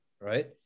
right